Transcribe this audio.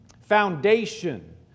foundation